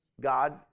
God